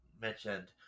mentioned